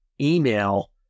email